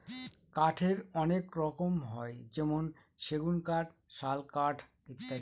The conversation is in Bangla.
কাঠের অনেক রকম হয় যেমন সেগুন কাঠ, শাল কাঠ ইত্যাদি